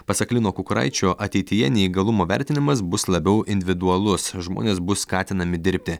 pasak lino kukuraičio ateityje neįgalumo vertinimas bus labiau individualus žmonės bus skatinami dirbti